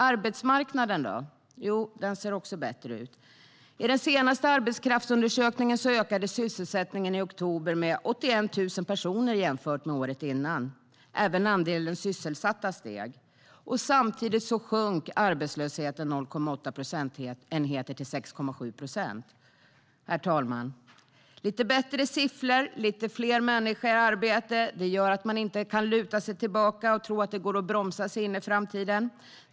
Arbetsmarknaden ser också bättre ut. Enligt den senaste arbetskraftsundersökningen ökade sysselsättningen i oktober med 81 000 personer jämfört med året innan. Även andelen sysselsatta ökade. Samtidigt sjönk arbetslösheten med 0,8 procentenheter till 6,7 procent. Herr talman! Lite bättre siffror och lite fler människor i arbete gör inte att man kan luta sig tillbaka och tro att det går att bromsa sig in i framtiden.